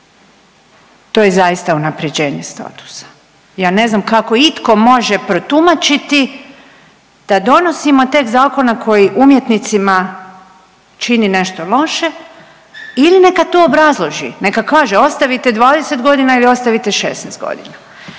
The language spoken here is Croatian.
to je zaista unapređenje statusa. Ja ne znam kako itko može protumačiti da donosimo tekst zakona koji umjetnicima čini nešto loše ili neka to obrazloži, neka kaže ostavite 20 godina ili ostavite 16 godina.